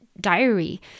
diary